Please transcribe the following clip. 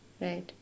right